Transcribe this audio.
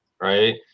right